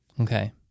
Okay